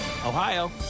Ohio